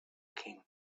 king